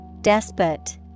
Despot